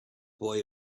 boy